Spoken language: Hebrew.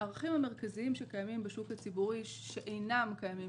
הערכים המרכזיים שקיימים בשוק הציבורי שאינם קיימים